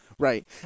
Right